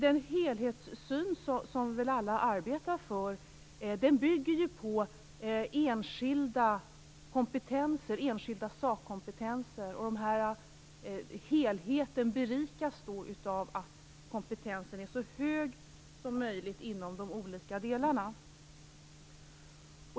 Den helhetssyn som väl alla arbetar för bygger ju på enskilda kompetenser, enskilda sakkompetenser, och helheten berikas av att kompetensen är så hög som möjligt inom de olika delarna.